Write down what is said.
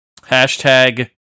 Hashtag